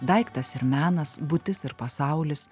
daiktas ir menas būtis ir pasaulis